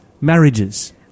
marriages